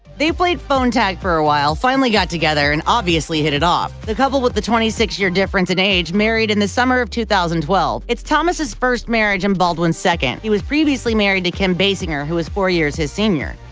they played phone tag for a while, finally got together, and obviously hit it off. the couple with the twenty six year difference in age married in the summer of two thousand and twelve. it's thomas's first marriage and baldwin's second. he was previously married to kim basinger who is years his senior.